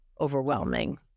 overwhelming